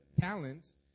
talents